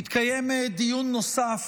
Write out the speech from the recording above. יתקיים דיון נוסף